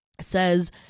says